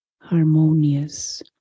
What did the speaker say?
harmonious